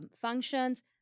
functions